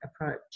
approach